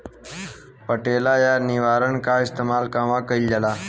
पटेला या निरावन का इस्तेमाल कहवा कइल जाला?